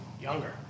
younger